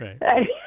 right